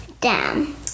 down